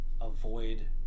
avoid